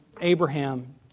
Abraham